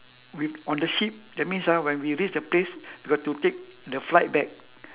we on the ship that means ah when we reach the place we got to take the flight back